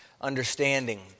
understanding